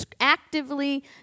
actively